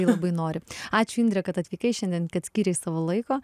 kai labai nori ačiū indre kad atvykai šiandien kad skyrei savo laiko